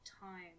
time